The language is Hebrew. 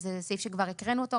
זה סעיף שכבר הקראנו אותו.